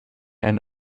and